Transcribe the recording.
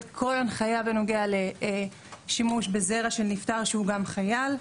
כל הנחיה בנוגע לשימוש בזרע של נפטר שהוא גם חייל.